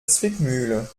zwickmühle